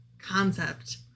Concept